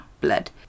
blood